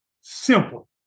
Simple